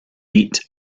beat